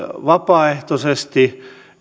vapaaehtoisesti